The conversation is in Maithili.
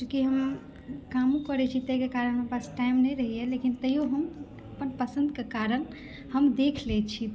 चुॅंकि हम कामो करै छी ताहिके कारण हमरा पास टाइम नहि रहैया लेकिन तैयो हम अपन पसन्द के कारण हम देख लै छी